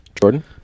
jordan